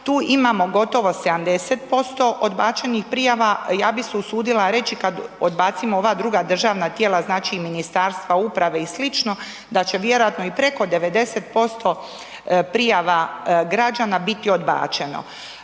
tu imamo gotovo 70% odbačenih prijava, ja bi se usudila reći kad odbacimo ova druga državna tijela znači i Ministarstva uprave i sl. da će vjerojatno i preko 90% prijava građana biti odbačeno.